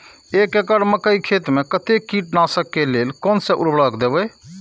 एक एकड़ मकई खेत में कते कीटनाशक के लेल कोन से उर्वरक देव?